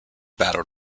battle